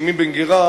שמעי בן גרא,